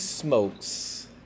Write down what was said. Smokes